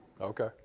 Okay